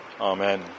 Amen